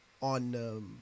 on